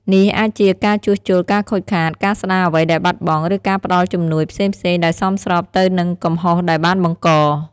នេះអាចជាការជួសជុលការខូចខាត ការស្ដារអ្វីដែលបាត់បង់ ឬការផ្តល់ជំនួយផ្សេងៗដែលសមស្របទៅនឹងកំហុសដែលបានបង្ក។